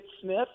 Smith